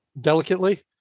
delicately